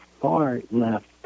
far-left